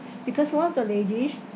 because one of the lady